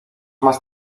más